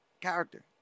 character